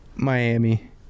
Miami